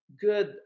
good